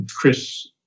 Chris